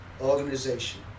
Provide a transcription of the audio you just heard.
organization